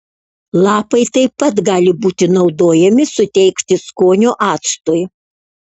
lapai taip pat gali būti naudojami suteikti skonio actui